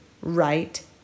right